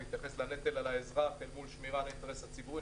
בהתייחס לנטל על האזרח אל מול שמירה על האינטרס הציבורי.